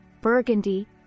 Burgundy